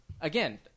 again